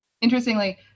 interestingly